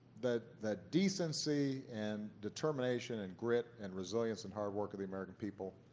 the the decency and determination and grit and resilience and hard work of the american people,